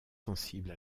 sensible